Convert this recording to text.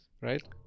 Right